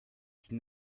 die